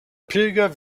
pilger